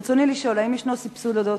ברצוני לשאול: האם ישנו סבסוד להודעות